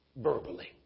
verbally